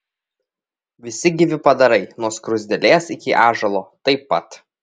visi gyvi padarai nuo skruzdėlės iki ąžuolo taip pat